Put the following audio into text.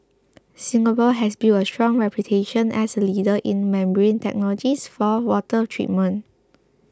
Singapore has built a strong reputation as a leader in membrane technologies for water treatment